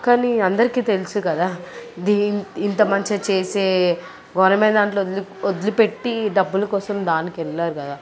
కానీ అందరికీ తెలుసు కదా దీ ఇంత మంచిగా చేసే గవర్నమెంట్ దాంట్లో వదిలి వదిలిపెట్టి డబ్బులు కోసం దానికి వెళ్ళరు కదా